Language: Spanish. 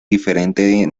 diferente